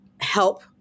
help